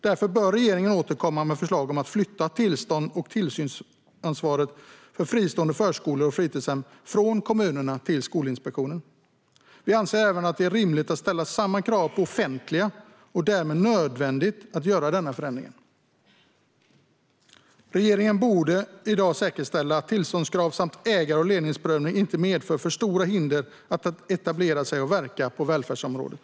Därför bör regeringen återkomma med förslag om att flytta tillstånds och tillsynsansvaret för fristående förskolor och fritidshem från kommunerna till Skolinspektionen. Vi anser även att det är rimligt att ställa samma krav på de offentliga och att det därmed är nödvändigt att göra denna förändring. Regeringen borde i dag säkerställa att tillståndskrav samt ägar och ledningsprövning inte medför för stora hinder när det gäller att etablera sig och verka på välfärdsområdet.